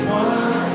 one